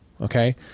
okay